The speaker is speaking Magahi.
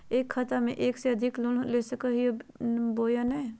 एक खाता से एक से अधिक लोन ले सको हियय बोया नय?